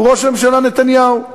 הוא ראש הממשלה נתניהו.